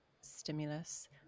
stimulus